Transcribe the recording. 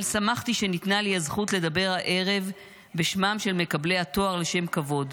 אבל שמחתי שניתנה לי הזכות לדבר הערב בשמם של מקבלי התואר לשם כבוד,